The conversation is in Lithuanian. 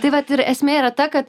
tai vat ir esmė yra ta kad